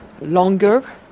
longer